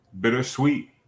Bittersweet